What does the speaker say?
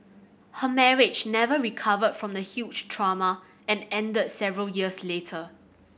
her marriage never recovered from the huge trauma and ended several years later